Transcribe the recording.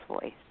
voice